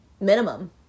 Minimum